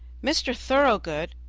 mr. thoroughgood,